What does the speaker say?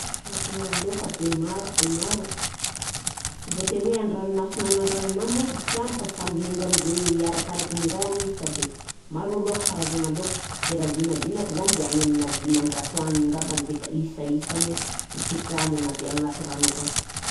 Karazagna laoka de maro de maro, sy voatery hoe an-dranomasina na an-dranomamy manko ipitrahany fa samy miainga am'zaigny arakaraky ny rahany izy fa de maro alôha karazagny laoko de raha ny vinavinako zany de agny amina dimanjato agny angambany deka isaisany an, ipetrahany agnaty rano akagny.